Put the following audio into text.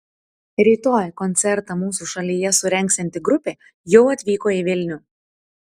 rytoj koncertą mūsų šalyje surengsianti grupė jau atvyko į vilnių